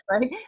right